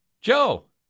Joe